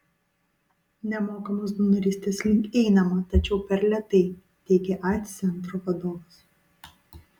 nemokamos donorystės link einama tačiau per lėtai teigė aids centro vadovas